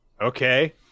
Okay